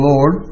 Lord